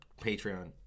Patreon